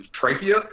trachea